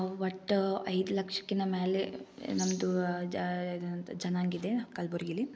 ಒಟ್ಟು ಐದು ಲಕ್ಷಕಿನ್ನ ಮೇಲೆ ನಮ್ಮದು ಜಾ ಇದೆನಂತ ಜನಾಂಗ ಇದೆ ಕಲಬುರ್ಗಿಲಿ